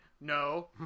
No